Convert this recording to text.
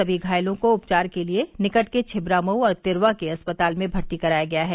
सभी घायलों को उपचार के लिए निकट के छिबरामऊ और तिर्वा के अस्पताल में भर्ती कराया गया है